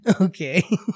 Okay